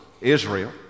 Israel